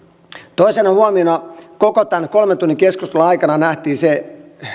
toisena huomiona koko tämän kolmen tunnin keskustelun aikana nähtiin se